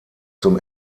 zum